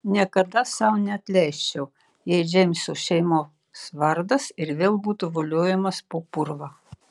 niekada sau neatleisčiau jei džeimso šeimos vardas ir vėl būtų voliojamas po purvą